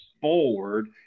forward